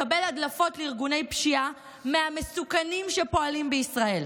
מקבל הדלפות לארגוני פשיעה מהמסוכנים שפועלים בישראל.